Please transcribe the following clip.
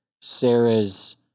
Sarah's